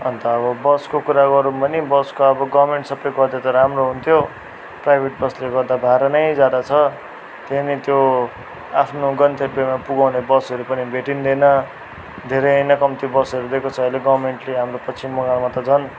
अन्त अब बसको कुरा गरौँ भने बसको अब गर्मेन्ट सबै गरिदिए त राम्रो हुन्थ्यो प्राइभेट बसले गर्दा भारा नै ज्यादा छ त्यहाँनेरि त्यो आफ्नो गन्तव्यमा पुगाउने बसहरू पनि भेटिँदैन धेरै नै कम्ती बसहरू दिएको छ अहिले गर्मेन्टले हाम्रो पश्चिम बङ्गालमा त झन